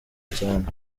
cyane